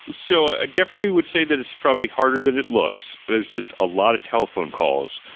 so ah definitely would say that it's probably harder than it looks. there's just a lot of telephone calls,